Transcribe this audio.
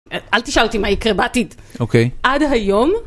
אל תשאל אותי מה יקרה בעתיד. עד היום...